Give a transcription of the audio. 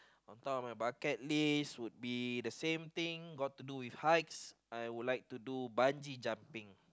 on top of my bucket list would be the same thing got to do with heights I would like to do bungee jumping